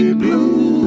blue